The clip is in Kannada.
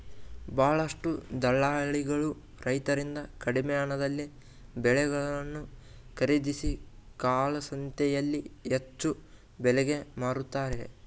ಬಹಳಷ್ಟು ದಲ್ಲಾಳಿಗಳು ರೈತರಿಂದ ಕಡಿಮೆ ಹಣದಲ್ಲಿ ಬೆಳೆಗಳನ್ನು ಖರೀದಿಸಿ ಕಾಳಸಂತೆಯಲ್ಲಿ ಹೆಚ್ಚು ಬೆಲೆಗೆ ಮಾರುತ್ತಾರೆ